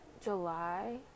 July